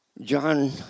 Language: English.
John